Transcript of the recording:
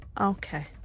Okay